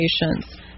patients